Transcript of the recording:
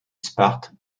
sparte